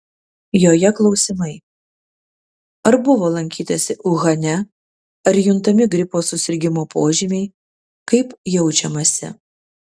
joje klausimai ar buvo lankytasi uhane ar juntami gripo susirgimo požymiai kaip jaučiamasi